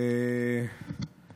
אנחנו